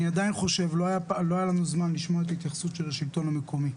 לא היה לנו זמן לשמוע את התייחסות השלטון המקומי.